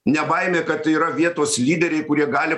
ne baimė kad yra vietos lyderiai kurie gali